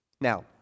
Now